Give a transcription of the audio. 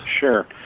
Sure